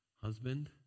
husband